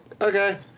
okay